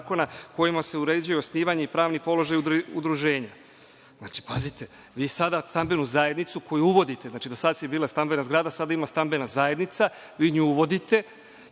kojima se uređuje osnovanje i pravni položaj udruženja. Vi sada, stambenu zajednicu koju uvodite, znači do sada je bila stambena zgrada, sada ima stambena zajednice, vi nju uvodite